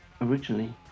originally